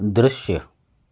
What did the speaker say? दृश्य